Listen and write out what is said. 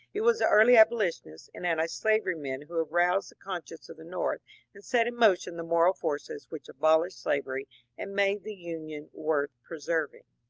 it was the early abolitionists and antislavery men who aroused the con science of the north and set in motion the moral forces which abolished slavery and made the union worth preserving.